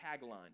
tagline